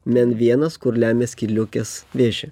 men vienas kur lemia skydliaukės vėžį